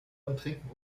antrinken